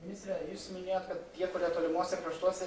ministre jūs minėjot kad tie kurie tolimuose kraštuose